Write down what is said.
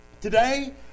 today